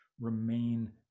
remain